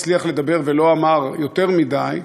הצליח לדבר ולא אמר יותר מדי,